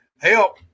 help